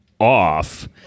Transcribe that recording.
off